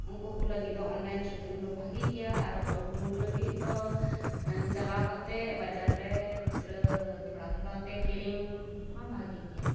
ᱩᱱᱠᱩ ᱞᱟ ᱜᱤᱫ ᱫᱚ ᱚᱱᱞᱟᱭᱤᱱ ᱥᱚᱯᱤᱝᱫᱚ ᱵᱷᱟᱜᱮ ᱜᱮᱭᱟ ᱟᱨ ᱚᱠᱚᱭᱠᱩ ᱞᱟᱹᱜᱤᱫ ᱫᱚ ᱪᱟᱞᱟᱣ ᱠᱟᱛᱮ ᱵᱟᱡᱟᱨ ᱨᱮ ᱠᱷᱩᱪᱨᱟᱹ ᱛᱷᱚᱲᱟ ᱛᱷᱚᱲᱟᱛᱮ ᱠᱤᱨᱤᱧ ᱦᱚᱸ ᱵᱷᱟᱜᱮ ᱜᱮᱭᱟ